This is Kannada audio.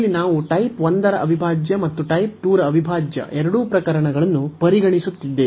ಇಲ್ಲಿ ನಾವು ಟೈಪ್ 1 ರ ಅವಿಭಾಜ್ಯ ಮತ್ತು ಟೈಪ್ 2 ರ ಅವಿಭಾಜ್ಯ ಎರಡೂ ಪ್ರಕರಣಗಳನ್ನು ಪರಿಗಣಿಸುತ್ತಿದ್ದೇವೆ